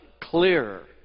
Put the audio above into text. clearer